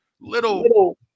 little –